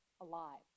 alive